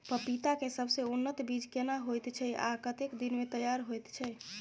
पपीता के सबसे उन्नत बीज केना होयत छै, आ कतेक दिन में तैयार होयत छै?